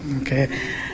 okay